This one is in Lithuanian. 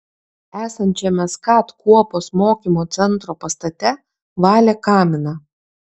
esančiame skat kuopos mokymo centro pastate valė kaminą